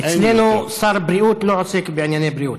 אצלנו שר הבריאות לא עוסק בענייני בריאות.